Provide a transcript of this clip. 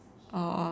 oh um